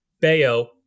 Bayo